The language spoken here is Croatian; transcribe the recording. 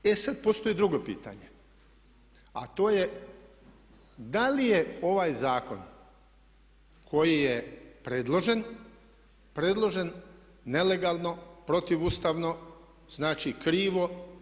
E sad postoji drugo pitanje, a to je da li je ovaj zakon koji je predložen predložen nelegalno, protuustavno, znači krivo?